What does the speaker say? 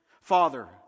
Father